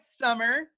Summer